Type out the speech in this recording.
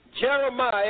Jeremiah